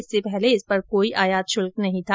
इससे पहले इस पर कोई आयात शुल्क नहीं था